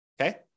Okay